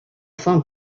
fin